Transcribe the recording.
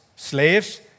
slaves